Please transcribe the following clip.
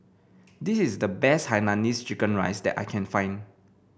this is the best Hainanese Chicken Rice that I can find